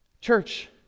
Church